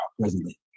presently